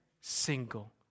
single